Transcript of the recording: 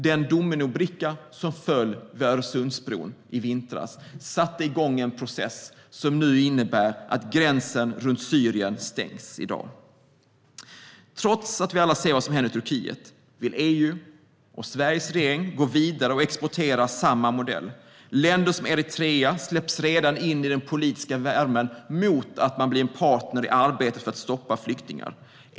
Den dominobricka som föll vid Öresundsbron i vintras satte igång en process som nu innebär att gränsen runt Syrien stängs. Trots att vi alla ser vad som händer i Turkiet vill EU och Sveriges regering gå vidare och exportera samma modell. Länder som Eritrea släpps redan in i den politiska värmen mot att de blir partner i arbetet för att stoppa flyktingar.